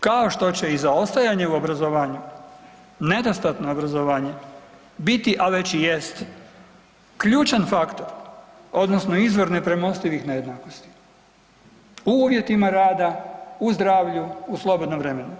kao što će i zaostajanje u obrazovanju, nedostatno obrazovanje biti, a već i jest ključan faktor odnosno izvor nepremostivih nejednakosti u uvjetima rada, u zdravlju, u slobodnom vremenu.